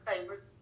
favorites